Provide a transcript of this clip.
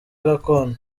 gakondo